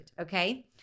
Okay